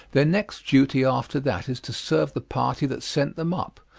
their next duty after that is to serve the party that sent them up,